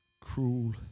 cruel